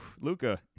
Luca